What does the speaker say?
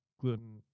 gluten